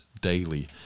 daily